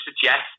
suggest